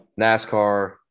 NASCAR